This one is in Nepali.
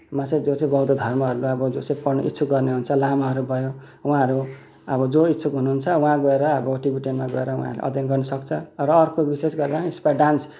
मा चाहिँ जो चाहिँ बौद्ध धर्महरूमा जो चाहिँ पढ्न इच्छुक गर्ने हुन्छ लामाहरू भयो उहाँहरू अब जो इच्छुक हुनुहुन्छ वहाँ गएर अब टिबिटेनमा गएर वहाँ अध्ययन गर्नसक्छ र अर्को विशेष गरेर यसमा डान्स